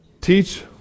Teach